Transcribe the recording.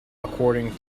according